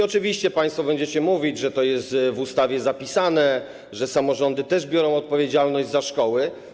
Oczywiście państwo będziecie mówić, że to jest w ustawie zapisane, że samorządy też biorą odpowiedzialność za szkoły.